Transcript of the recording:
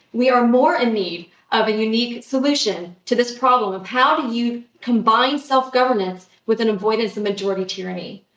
we are more in need of a unique solution to this problem of how do you combine self-governance with an avoidance of majority tyranny.